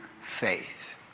faith